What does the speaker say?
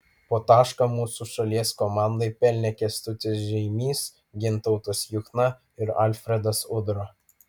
po tašką mūsų šalies komandai pelnė kęstutis žeimys gintautas juchna ir alfredas udra